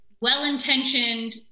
well-intentioned